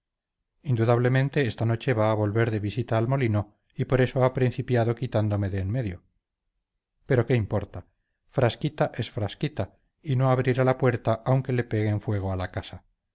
indudablemente esta noche va a volver de visita al molino y por eso ha principiado quitándome de en medio pero qué importa frasquita es frasquita y no abrirá la puerta aunque le peguen fuego a la casa